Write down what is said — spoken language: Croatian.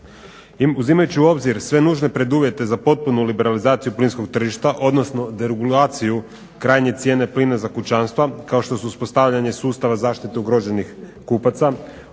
Uzimajući u obzir sve nužne preduvjete za potpunu liberalizaciju plinskog tržišta, odnosno deregulaciju krajnje cijene plina za kućanstva kao što su uspostavljanje sustava zaštite ugroženih kupaca,